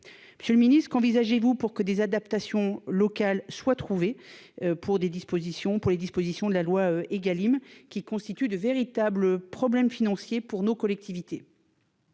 monsieur le Ministre, qu'envisagez-vous pour que des adaptations locales soit trouvée pour des dispositions pour les dispositions de la loi Egalim qui constituent de véritables problèmes financiers pour nos collectivités.